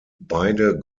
beide